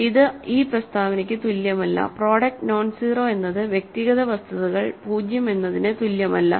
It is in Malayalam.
ഇത് ഈ പ്രസ്താവനയ്ക്ക് തുല്യമല്ല പ്രോഡക്ട് നോൺസീറൊ എന്നത് വ്യക്തിഗത വസ്തുതകൾ 0 എന്നതിന് തുല്യമല്ല